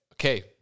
Okay